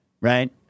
right